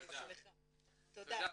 תודה.